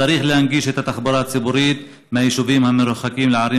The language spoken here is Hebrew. צריך להנגיש את התחבורה הציבורית מהיישובים המרוחקים לערים